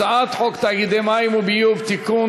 הצעת חוק תאגידי מים וביוב (תיקון,